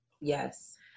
Yes